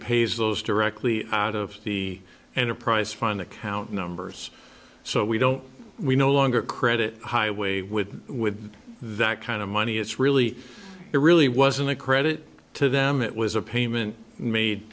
pays those directly out of the enterprise fund account numbers so we don't we no longer credit highway with with that kind of money it's really it really wasn't a credit to them it was a payment made